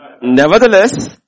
Nevertheless